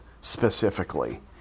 specifically